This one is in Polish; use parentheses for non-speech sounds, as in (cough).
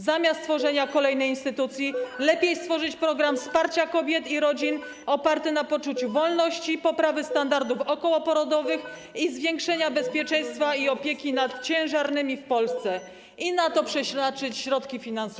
Zamiast (noise) tworzyć kolejną instytucję, lepiej stworzyć program wsparcia kobiet i rodzin oparty na poczuciu wolności, poprawie standardów okołoporodowych, zwiększeniu bezpieczeństwa i opieki nad ciężarnymi w Polsce i na to przeznaczyć środki finansowe.